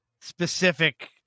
specific